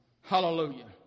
Hallelujah